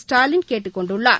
ஸ்டாலின் கேட்டுக் கொண்டுள்ளார்